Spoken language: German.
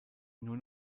nur